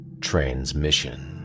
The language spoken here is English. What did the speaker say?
transmission